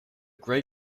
grey